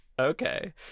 Okay